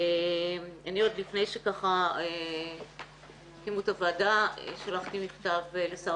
אני עוד לפני שהקימו את הוועדה שלחתי מכתב לשר